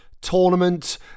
tournament